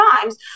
times